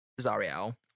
Zariel